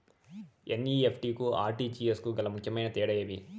NEFT కు RTGS కు గల ముఖ్యమైన తేడా ఏమి?